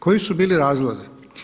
Koji su bili razlozi?